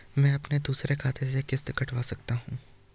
मैं अपने दूसरे खाते से किश्त कटवा सकता हूँ?